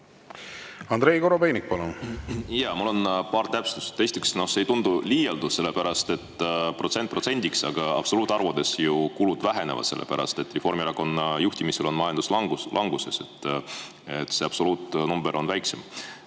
Andrei Korobeinik, palun! Jaa. Mul on paar täpsustust. Esiteks, see ei tundu liialdusena, sellepärast et protsent protsendiks, aga absoluutarvudes ju kulud vähenevad, sest Reformierakonna juhtimisel on majandus languses. See absoluutnumber on väiksem.